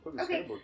Okay